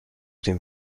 dem